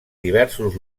diversos